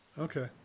Okay